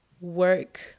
work